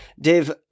Dave